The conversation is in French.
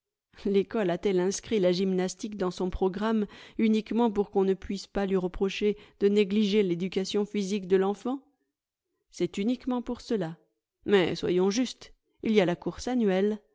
l'ecole a-t-elle inscrit la gymnastique dans son programme uniquement pour qu'on ne puisse pas lui reprocher de négliger l'éducation physique de l'enfant c'est uniquement pour cela mais soyons justes il y a la course annuelle